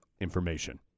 information